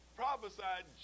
prophesied